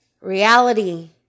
reality